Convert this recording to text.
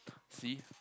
see